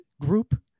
group